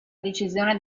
decisione